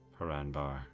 Paranbar